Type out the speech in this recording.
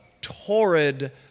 torrid